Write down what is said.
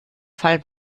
fall